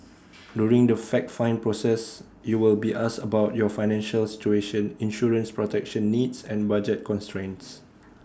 during the fact find process you will be asked about your financial situation insurance protection needs and budget constraints